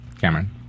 cameron